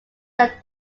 that